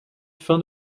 fin